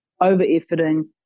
over-efforting